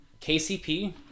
KCP